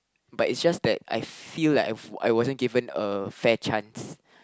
but is just that I feel like I I wasn't given a fair chance